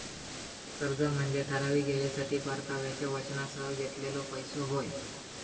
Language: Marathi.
कर्ज म्हनजे ठराविक येळेसाठी परताव्याच्या वचनासह घेतलेलो पैसो होय